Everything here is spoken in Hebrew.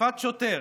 ותקיפת שוטר.